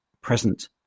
Present